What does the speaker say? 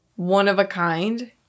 one-of-a-kind